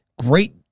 Great